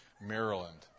Maryland